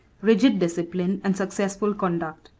rigid discipline, and successful conduct.